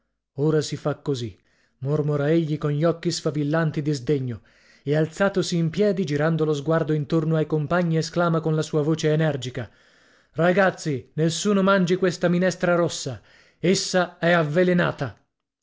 ora si fa così mormora egli con gli occhi sfavillanti di sdegno e alzatosi in piedi girando lo sguardo intorno ai compagni esclama con la sua voce energica ragazzi nessuno mangi questa minestra rossa essa è avvelenata